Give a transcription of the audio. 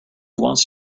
wants